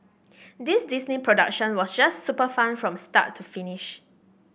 this Disney production was just super fun from start to finish